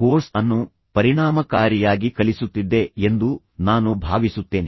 course ಅನ್ನು ಪರಿಣಾಮಕಾರಿಯಾಗಿ ಕಲಿಸುತ್ತಿದ್ದೆ ಎಂದು ನಾನು ಭಾವಿಸುತ್ತೇನೆ